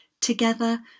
Together